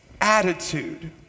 attitude